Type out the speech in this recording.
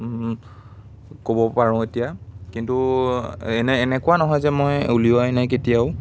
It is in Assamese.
ক'ব পাৰোঁ এতিয়া কিন্তু এনেই এনেকুৱা নহয় যে মই উলিওৱাই নাই কেতিয়াও